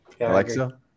Alexa